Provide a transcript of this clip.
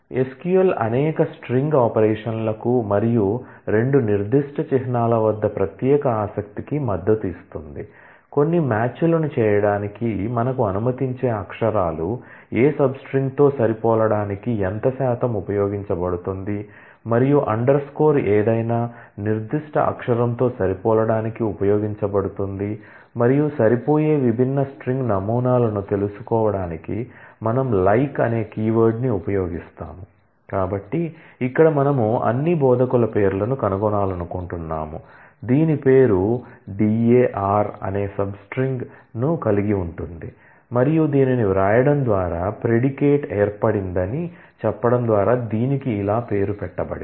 SQL అనేక string ఆపరేషన్లకు మరియు 2 నిర్దిష్ట చిహ్నాల వద్ద ప్రత్యేక ఆసక్తికి మద్దతు ఇస్తుంది కొన్ని మ్యాచ్లను చేయడానికి మనకు అనుమతించే అక్షరాలు ఏ సబ్స్ట్రింగ్తో సరిపోలడానికి ఎంత శాతం ఉపయోగించబడుతుంది మరియు అండర్ స్కోర్ ఏర్పడిందని చెప్పడం ద్వారా దీనికి ఇలా పేరు పెట్టబడింది